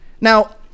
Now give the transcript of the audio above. now